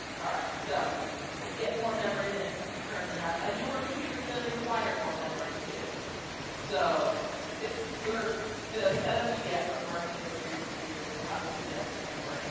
all right, so what get more memory than you currently have a newer computer is going to require more memory to so that your the setup you get from wherever you look for your computer will have a suggested memory